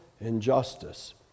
Injustice